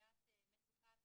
בעיית מצוקת